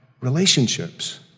relationships